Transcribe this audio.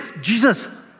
Jesus